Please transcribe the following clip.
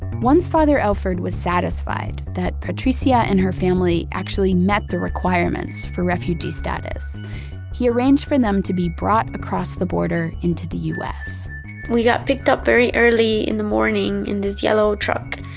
once father elford was satisfied that patricia and her family actually met the requirements for refugee status he arranged for them to be brought across the border into the u s we got picked up very early in the morning in this yellow truck,